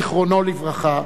זיכרונו לברכה,